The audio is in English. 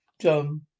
John